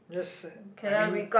just I mean